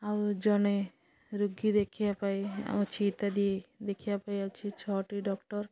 ଆଉ ଜଣେ ରୋଗୀ ଦେଖିବା ପାଇଁ ଅଛି ଇତ୍ୟାଦି ଦେଖିବା ପାଇଁ ଅଛି ଛଅଟି ଡକ୍ଟର୍